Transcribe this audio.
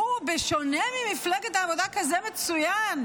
שהוא, בשונה ממפלגת העבודה, כזה מצוין?